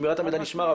המידע נשמר,